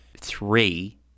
three